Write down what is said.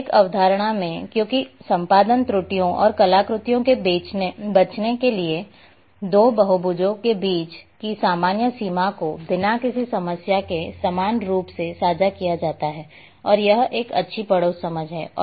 सामयिक अवधारणा में क्योंकि संपादन त्रुटियों और कलाकृतियों से बचने के लिए दो बहुभुजों के बीच की सामान्य सीमा को बिना किसी समस्या के समान रूप से साझा किया जाता है और यह एक अच्छी पड़ोस समझ है